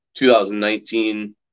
2019